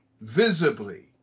visibly